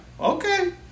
okay